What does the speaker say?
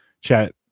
chat